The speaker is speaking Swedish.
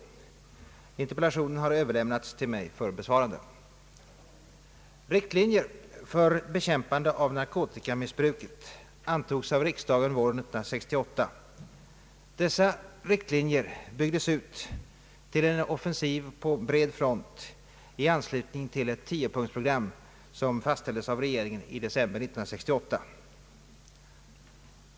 Interpellationen har överlämnats till mig för besvarande. Riktlinjer för bekämpande av narkotikamissbruket antogs av riksdagen våren 1968. Dessa riktlinjer byggdes ut till en offensiv på bred front i anslutning till ett tiopunktsprogram som fastställdes av regeringen i december 1968.